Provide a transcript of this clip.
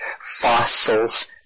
fossils